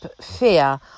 fear